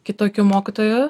kitokiu mokytoju